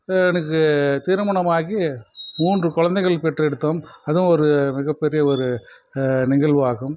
எனக்கு திருமணம் ஆகி மூன்று குழந்தைகள் பெற்றெடுத்தோம் அதுவும் ஒரு மிகப்பெரிய ஒரு நிகழ்வு ஆகும்